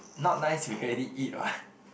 not nice you already eat what